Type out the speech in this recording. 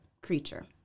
creature